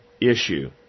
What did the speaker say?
issue